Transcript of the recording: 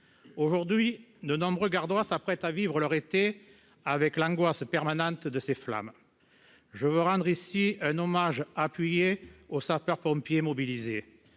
Aujourd'hui, de nombreux Gardois s'apprêtent à vivre leur été dans l'angoisse permanente de ces flammes. Je veux rendre ici un hommage appuyé aux sapeurs-pompiers mobilisés.